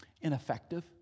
ineffective